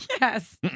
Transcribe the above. Yes